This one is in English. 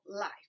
life